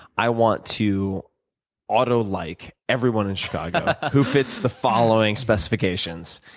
i want to auto like everyone in chicago who fits the following specifications,